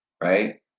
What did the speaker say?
right